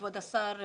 כבוד השר,